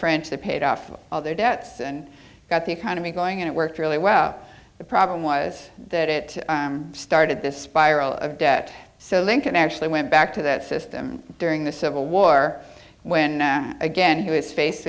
french they paid off all their debts and got the economy going and it worked really well the problem was that it started this spiral of debt so lincoln actually went back to that system during the civil war when again who is fac